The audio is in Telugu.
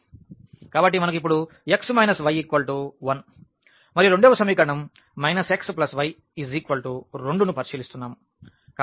కాబట్టి మనకు ఇప్పుడు x y 1 మరియు రెండవ సమీకరణం x y 2 ను పరిశీలిస్తున్నాము